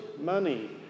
money